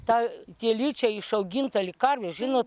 ta telyčia išauginta lyg karvė žinot